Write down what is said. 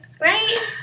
Right